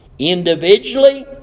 individually